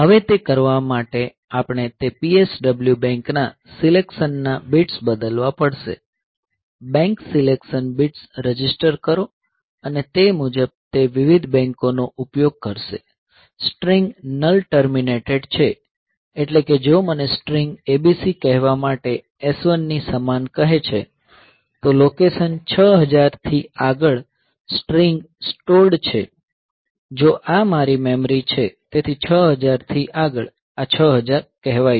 હવે તે કરવા માટે આપણે તે PSW બેંક ના સિલેકશન બિટ્સ બદલવા પડશે બેંક સિલેકશન બિટ્સ રજીસ્ટર કરો અને તે મુજબ તે વિવિધ બેંકોનો ઉપયોગ કરશે સ્ટ્રીંગ નલ ટર્મિનેટેડ છે એટલે કે જો મને સ્ટ્રિંગ abc કહેવા માટે S1 ની સમાન કહે છે તો લોકેશન 6000 થી આગળ સ્ટ્રીંગ સ્ટોર્ડ છે જો આ મારી મેમરી છે તેથી 6000 થી આગળ આ 6000 કહેવાય છે